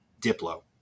Diplo